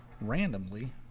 randomly